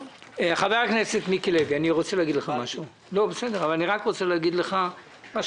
חבר הכנסת מיקי לוי, אני רק רוצה להגיד לך משהו.